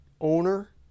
owner